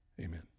Amen